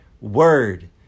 word